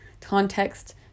context